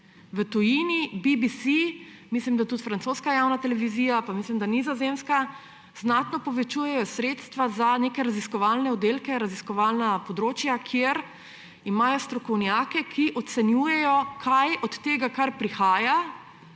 V tujini – BBC, mislim, da tudi francoska javna televizija, pa mislim, da nizozemska – znatno povečujejo sredstva za neke raziskovalne oddelke, raziskovalna področja, kjer imajo strokovnjake, ki ocenjujejo, kaj od tega, kar prihaja